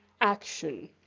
action